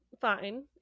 fine